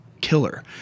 killer